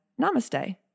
Namaste